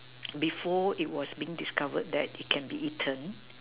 before it was being discovered that it can be eaten